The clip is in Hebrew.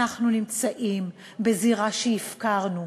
אנחנו נמצאים בזירה שהפקרנו.